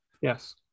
Yes